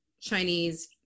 Chinese